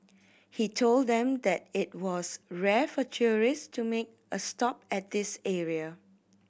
he told them that it was rare for tourist to make a stop at this area